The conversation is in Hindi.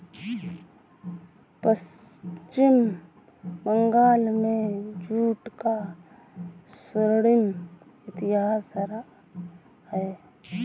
पश्चिम बंगाल में जूट का स्वर्णिम इतिहास रहा है